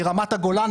מרמת הגולן,